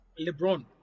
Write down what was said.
lebron